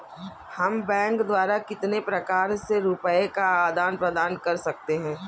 हम बैंक द्वारा कितने प्रकार से रुपये का आदान प्रदान कर सकते हैं?